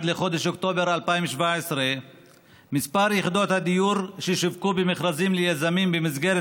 עד לחודש אוקטובר 2017 מספר יחידות הדיור ששווקו במכרזים ליזמים במסגרת